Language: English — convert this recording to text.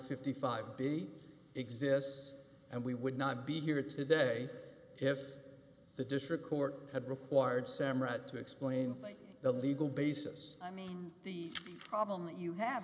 fifty five be exists and we would not be here today if the district court had required samrat to explain the legal basis i mean the problem that you have